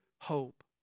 hope